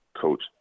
Coach